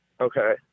Okay